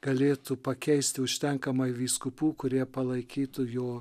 galėtų pakeisti užtenkamai vyskupų kurie palaikytų jo